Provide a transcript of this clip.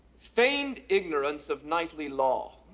feigned ignorance of knightly law,